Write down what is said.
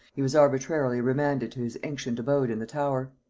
he was arbitrarily remanded to his ancient abode in the tower.